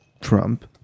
Trump